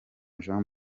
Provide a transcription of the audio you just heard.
jean